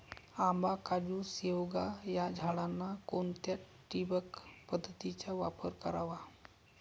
आंबा, काजू, शेवगा या झाडांना कोणत्या ठिबक पद्धतीचा वापर करावा?